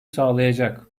sağlayacak